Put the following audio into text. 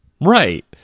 Right